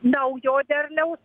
naujo derliaus